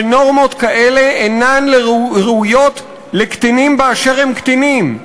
שנורמות כאלה אינן ראויות לקטינים באשר הם קטינים.